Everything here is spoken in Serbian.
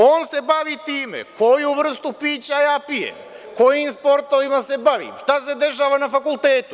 On se bavi time koju vrstu pića ja pijem, kojim sportovima se bavim, šta se dešava na fakultetu.